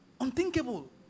Unthinkable